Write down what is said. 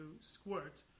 squirt